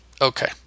Okay